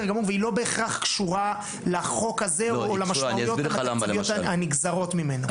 גמור והיא לא בהכרח קשורה לחוק הזה או למשמעויות התקציביות הנגזרות ממנו.